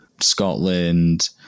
Scotland